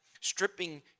stripping